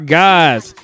guys